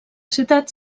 ciutat